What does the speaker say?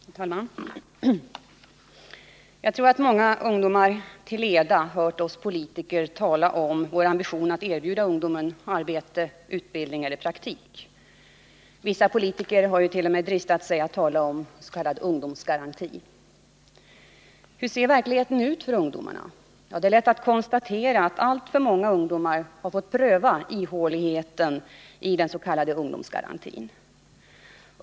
Herr talman! Jag tror att många ungdomar till leda har hört oss politiker tala om vår ambition att erbjuda ungdomen arbete, utbildning eller praktik. Vissa politiker har t.o.m. dristat sig till att tala om s.k. ungdomsgaranti. Men hur ser verkligheten ut för ungdomarna? Ja, det är enkelt att konstatera att alltför många ungdomar har fått pröva på ihåligheten i den s.k. ungdomsgarantin.